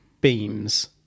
beams